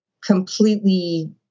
completely